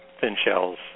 thin-shells